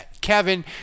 Kevin